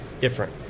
different